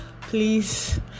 please